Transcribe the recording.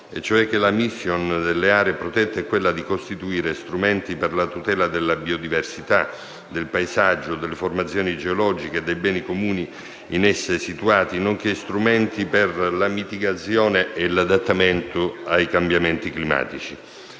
la *mission* delle aree protette è costituire strumenti per la tutela della biodiversità, del paesaggio, delle formazioni geologiche e dei beni comuni in esse situati, nonché strumenti per la mitigazione e l'adattamento ai cambiamenti climatici.